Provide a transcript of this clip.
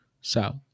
south